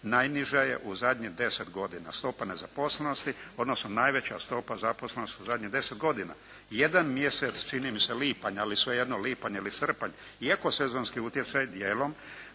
Najniža je u zadnjih 10 godina stopa nezaposlenosti, odnosno najveća stopa zaposlenosti u zadnjih 10 godina. Jedan mjesec čini mi se lipanj, ali sve jedno lipanj ili srpanj iako sezonski utjecaj dijelom,